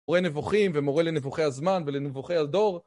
מורה נבוכים ומורה לנבוכי הזמן ולנבוכי הדור